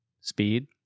Speed